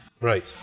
Right